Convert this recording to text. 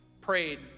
prayed